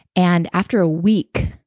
and after a week,